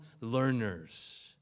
learners